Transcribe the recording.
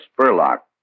Spurlock